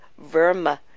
Verma